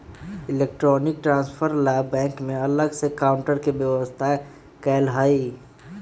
electronic transfer ला bank में अलग से काउंटर के व्यवस्था कएल हई